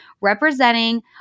representing